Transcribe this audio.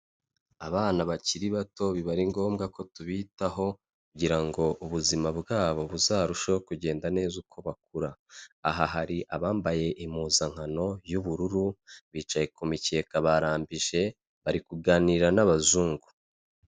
Abana bakiri bato biba ari ngombwa ko tubitaho kugira ngo ubuzima bwabo buzarusheho kugenda neza uko bakura. Aha hari abambaye impuzankano y'ubururu, bicaye ku mikeka, barambije, bari kuganira n'abazungu.